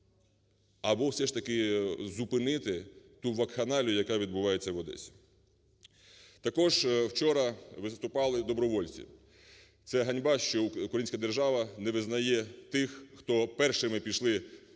або все ж таки зупинити ту вакханалію, яка відбувається в Одесі. Також вчора виступали добровольці. Це ганьба, що українська держава не визнає тих, хто першими пішли Україну